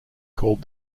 called